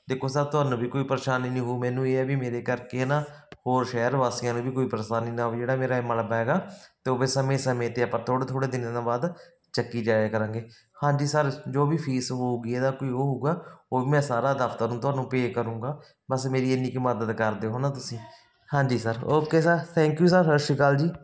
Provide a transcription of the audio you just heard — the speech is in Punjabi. ਦੇਖੋ ਸਾਹਿਬ ਤੁਹਾਨੂੰ ਵੀ ਕੋਈ ਪਰੇਸ਼ਾਨੀ ਨਹੀਂ ਹੋਊ ਮੈਨੂੰ ਇਹ ਐ ਵੀ ਮੇਰੇ ਕਰਕੇ ਹੈ ਨਾ ਹੋਰ ਸ਼ਹਿਰ ਵਾਸੀਆਂ ਨੂੰ ਵੀ ਕੋਈ ਪਰੇਸ਼ਾਨੀ ਨਾ ਹੋਵੇ ਜਿਹੜਾ ਮੇਰਾ ਇਹ ਮਲਬਾ ਹੈਗਾ ਅਤੇ ਉਹ ਸਮੇਂ ਸਮੇਂ 'ਤੇ ਆਪਾਂ ਥੋੜ੍ਹੇ ਥੋੜ੍ਹੇ ਦਿਨਾਂ ਬਾਅਦ ਚੱਕੀ ਜਾਇਆ ਕਰਾਂਗੇ ਹਾਂਜੀ ਸਰ ਜੋ ਵੀ ਫੀਸ ਹੋਊਗੀ ਇਹਦਾ ਕੋਈ ਉਹ ਹੋਊਗਾ ਉਹ ਵੀ ਮੈਂ ਸਾਰਾ ਦਫਤਰ ਨੂੰ ਤੁਹਾਨੂੰ ਪੇ ਕਰੂੰਗਾ ਬਸ ਮੇਰੀ ਇੰਨੀ ਕੁ ਮਦਦ ਕਰ ਦਿਓ ਹੈ ਨਾ ਤੁਸੀਂ ਹਾਂਜੀ sir okay sir thank you sir ਸਤਿ ਸ੍ਰੀ ਅਕਾਲ ਜੀ